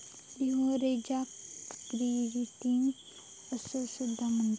लीव्हरेजाक गियरिंग असो सुद्धा म्हणतत